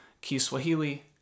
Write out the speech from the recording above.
Kiswahili